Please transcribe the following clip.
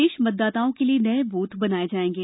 शेष मतदाताओं के लिये नये बूथ बनाए जाएंगे